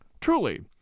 Truly